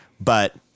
But-